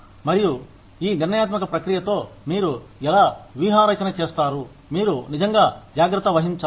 మరియు ఈ నిర్ణయాత్మక ప్రక్రియతో మీరు ఎలా వ్యూహరచన చేస్తారు మీరు నిజంగా జాగ్రత్త వహించాలి